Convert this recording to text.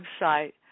website